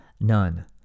none